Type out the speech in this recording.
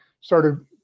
started